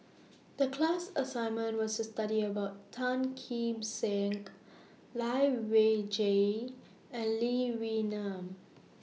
The class assignment was to study about Tan Kim Seng Lai Weijie and Lee Wee Nam